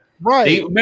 Right